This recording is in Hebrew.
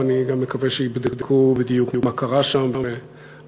ואני גם מקווה שיבדקו בדיוק מה קרה שם ונדע.